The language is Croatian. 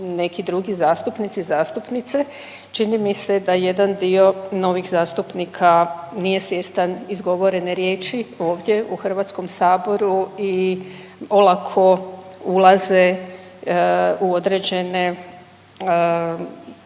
neki drugi zastupnici, zastupnice. Čini mi se da jedan dio novih zastupnika nije svjestan izgovorene riječi ovdje u HS-u i olako ulaze u određene